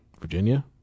virginia